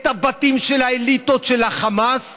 את הבתים של האליטות של החמאס,